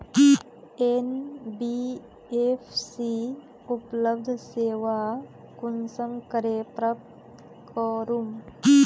NBFC उपलब्ध सेवा कुंसम करे प्राप्त करूम?